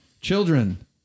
Children